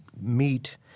meet